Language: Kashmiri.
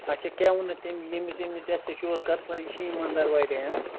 اَچھا کیٛاہ ووٚننَے تٔمۍ ییٚمِس ییٚمِس اٮ۪س اٮ۪چ او ہَس کر سا یہِ چھُے ایٖمان دار وارِیاہ